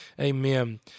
Amen